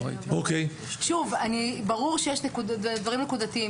שוב, ברור שיש דברים נקודתיים.